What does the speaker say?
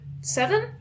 seven